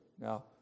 now